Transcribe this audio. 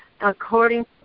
according